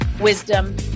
wisdom